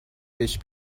بهش